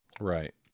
right